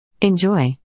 Enjoy